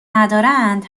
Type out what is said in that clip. ندارند